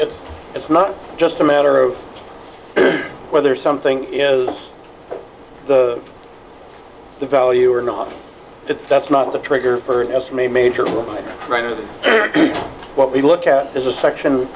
work it is not just a matter of whether something is the the value or not that's not the trigger for an estimate major what we look at is a section